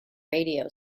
radio